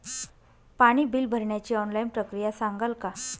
पाणी बिल भरण्याची ऑनलाईन प्रक्रिया सांगाल का?